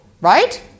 right